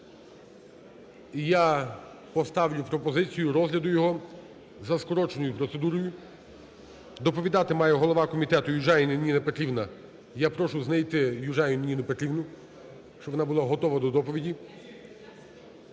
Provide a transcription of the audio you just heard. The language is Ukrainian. я поставлю пропозицію розгляду його за скороченою процедурою. Доповідати має голова комітету Южаніна Ніна Петрівна. Я прошу знайти Южаніну Ніну Петрівну, щоб вона була готова до доповіді.